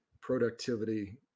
productivity